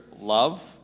love